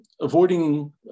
avoiding